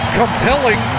compelling